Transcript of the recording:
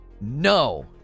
No